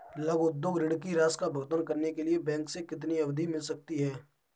लघु उद्योग ऋण की राशि का भुगतान करने के लिए बैंक से कितनी अवधि मिल सकती है?